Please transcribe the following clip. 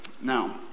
Now